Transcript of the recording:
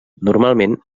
normalment